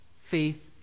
faith